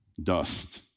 Dust